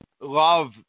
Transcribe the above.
love